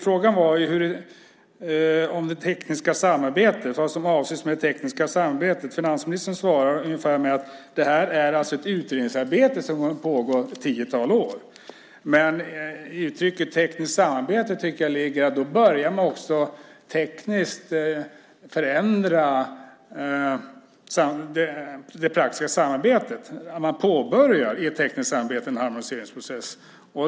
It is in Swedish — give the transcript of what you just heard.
Frågan var vad som avses med det tekniska samarbetet. Finansministern svarar ungefär med: Det är ett utredningsarbete som pågår ett tiotal år. Men i uttrycket tekniskt samarbete ligger också att man börjar tekniskt förändra det praktiska samarbetet. Man påbörjar ett tekniskt samarbete och en harmoniseringsprocess.